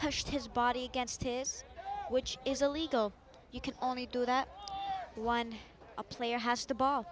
pushed his body against his which is a legal you can only do that one a player has the ball